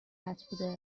قطع